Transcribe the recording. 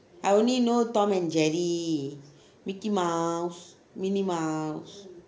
I only know tom and jerry mickey mouse minnie mouse